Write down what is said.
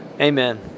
Amen